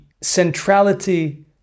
centrality